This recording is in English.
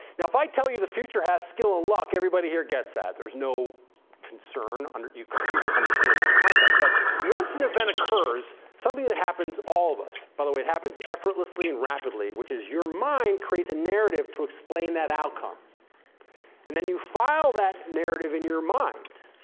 now if i tell you the future has skill and luck, everybody here gets that. there's no concern. and you completely understand that concept. but once an event occurs, something that happens in all of us by the way, it happens effortlessly and rapidly which is your mind creates a narrative to explain that outcome and then you file that narrative in your mind.